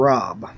Rob